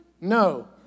No